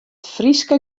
fryske